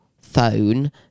phone